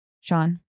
Sean